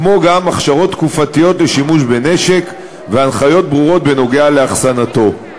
כמו גם הכשרות תקופתיות לשימוש בנשק והנחיות ברורות בנוגע לאחסנתו.